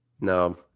no